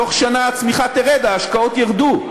בתוך שנה הצמיחה תרד, ההשקעות ירדו.